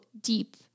deep